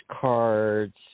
cards